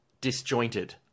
disjointed